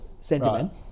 sentiment